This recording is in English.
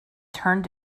turned